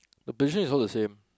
the position is all the same